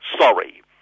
sorry